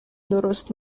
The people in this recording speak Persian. درست